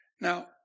Now